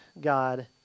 God